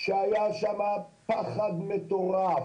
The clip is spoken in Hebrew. שהיה שם פחד מטורף.